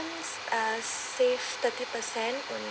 uh save thirty per cent